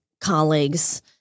colleagues